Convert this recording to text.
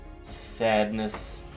Sadness